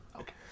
okay